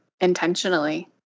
intentionally